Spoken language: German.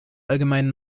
allgemeinen